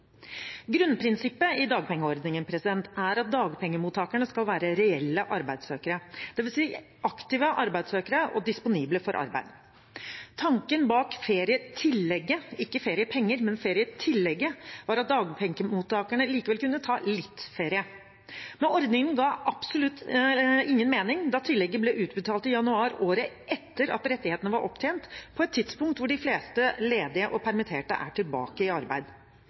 Grunnprinsippet i dagpengeordningen er at dagpengemottakerne skal være reelle arbeidssøkere. Det betyr aktive arbeidssøkere og disponible for arbeid. Tanken bak ferietillegget – ikke feriepenger, men ferietillegget – var at dagpengemottakerne likevel kunne ta litt ferie. Men ordningen ga absolutt ingen mening, da tillegget ble utbetalt i januar året etter at rettighetene var opptjent, på et tidspunkt da de fleste ledige og permitterte var tilbake i arbeid.